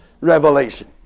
revelation